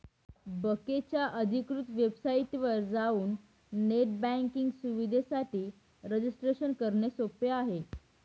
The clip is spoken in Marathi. बकेच्या अधिकृत वेबसाइटवर जाऊन नेट बँकिंग सुविधेसाठी रजिस्ट्रेशन करणे सोपे आहे